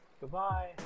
Goodbye